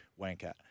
wanker